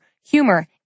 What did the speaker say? humor